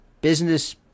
business